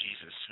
Jesus